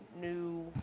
new